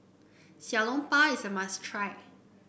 Xiao Long Bao is a must try